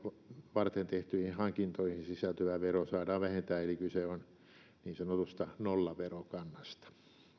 varten tehtyihin hankintoihin sisältyvä vero saadaan vähentää eli kyse on niin sanotusta nollaverokannasta